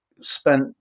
spent